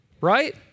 right